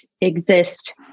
exist